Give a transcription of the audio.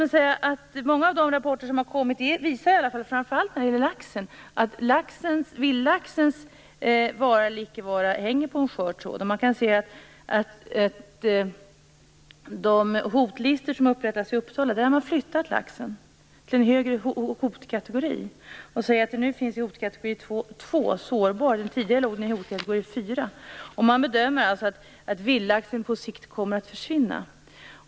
Många av de rapporter som kommit visar framför allt när det gäller laxen att vildlaxens vara eller icke vara hänger på en skör tråd. Man kan se i de hotlistor som upprättats i Uppsala att laxen flyttats upp till en högre hotkategori. Nu finns den i hotkategori 2, sårbar. Tidigare låg den i hotkategori 4. Man bedömer att vildlaxen på sikt försvinner.